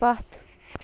پتھ